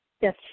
Yes